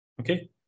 Okay